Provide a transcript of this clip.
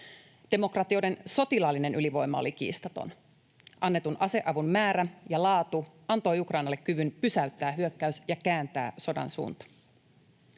Demokratioiden sotilaallinen ylivoima oli kiistaton: annetun aseavun määrä ja laatu antoivat Ukrainalle kyvyn pysäyttää hyökkäys ja kääntää sodan suunta.